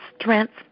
strength